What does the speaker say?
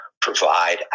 provide